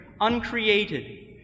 uncreated